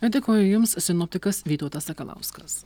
dėkoju jums sinoptikas vytautas sakalauskas